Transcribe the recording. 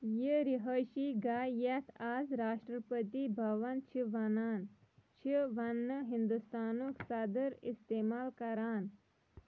یہ رِہٲیشی گاہ یتھ از راشٹرٕپٔتی بَھوَن چھِ ونان چھِ وۄنہِ ہِنٛدُستانُک صدٕر استعمال کران